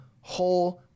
whole